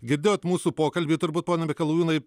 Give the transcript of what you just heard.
girdėjot mūsų pokalbį turbūt pone mikolajūnai